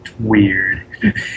weird